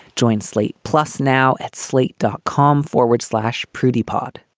join slate. plus now at slate, dot com forward slash prudy pod